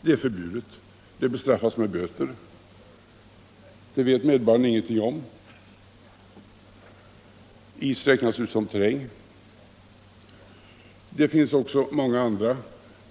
Det är förbjudet, och det bestraffas med böter. Detta vet medborgarna ingenting om. Isarna räknas som terräng i detta sammanhang. Det kan säkerligen också bli aktuellt med andra